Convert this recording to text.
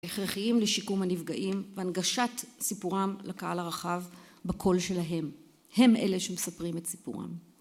הכרחיים לשיקום הנפגעים והנגשת סיפורם לקהל הרחב בקול שלהם, הם אלה שמספרים את סיפורם.